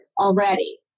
already